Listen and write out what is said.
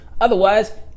Otherwise